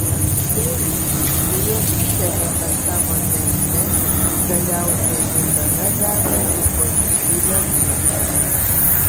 pojūčiai kuriuos sukeliame savo teatre galiausiai visada veda į pozityvią būseną